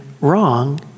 wrong